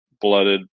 blooded